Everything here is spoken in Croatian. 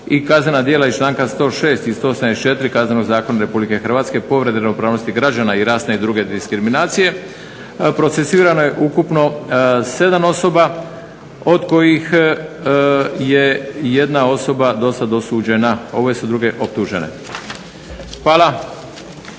i kaznena djela iz članka 106. i 174. Kaznenog zakona RH povrede ravnopravnosti građana i rasne i druge diskriminacije procesuirano je ukupno 7 osoba od kojih je jedna osoba dosad osuđena, ove su druge optužene. Hvala.